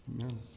Amen